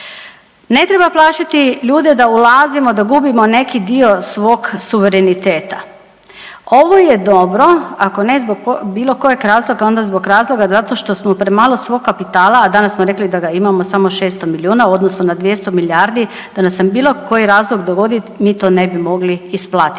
Ne treba plašiti ljude da ulazimo, da gubimo neki dio svog suvereniteta. Ovo je dobro ako ne zbog bilo kojeg razloga onda zbog razloga zato što smo premalo svog kapitala, a danas smo rekli da ga imamo samo 600 miliona u odnosu na 200 milijardi, da nam se bilo koji razlog dogodi mi to ne bi mogli isplatiti.